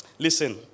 Listen